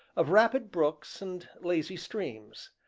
of rapid brooks and lazy streams,